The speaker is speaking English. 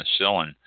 penicillin